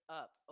up